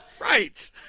Right